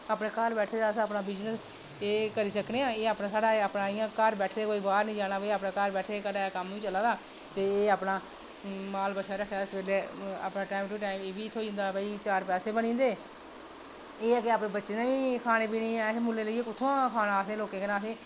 अपने घर बैठे दे अस अपना बिज़नेस एह् करी सकने आं एह् साढ़ा अपना घर बैठे दे कोई बाहर निं जाना अपने घरै दा कम्म चला दा ते एह् अपना माल बच्छा रक्खे दा अपना टाईम टू टाईम बी थ्होई जंदा ते चार पैसे बनी जंदे ते एह् ऐ की अपरने बच्चें ताहीं बी मुल्लें लेइयै कुत्तां खाना असें लोकें दे घरा